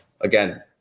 Again